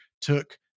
took